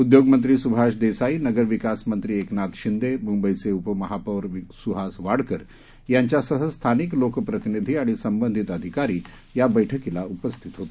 उद्योगमंत्री सुभाष देसाई नगरविकासमंत्री एकनाथ शिंदे मुंबईचे उपमहापौर सुहास वाडकर यांच्यासह स्थानिक लोकप्रनिधी आणि संबंधित अधिकारी या बैठकीला उपस्थित होते